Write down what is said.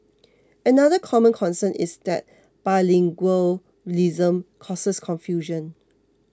another common concern is that bilingualism causes confusion